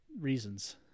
reasons